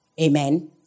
Amen